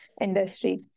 industry